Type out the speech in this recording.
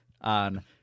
on